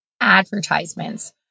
Advertisements